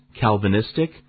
Calvinistic